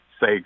say